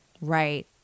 right